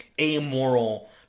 amoral